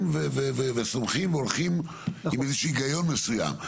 וסומכים והולכים עם איזשהו היגיון מסוים.